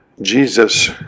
Jesus